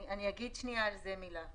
אני אומר על זה מילה.